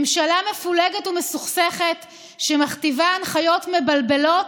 ממשלה מפולגת ומסוכסכת שמכתיבה הנחיות מבלבלות,